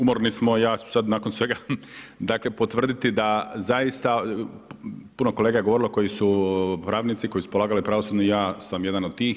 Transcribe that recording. Umorni smo, ja ću sada nakon svega dakle potvrditi da zaista, puno kolega je govorilo koji su pravnici, koji su polagali pravosudni i ja sam jedan od tih.